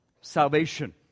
salvation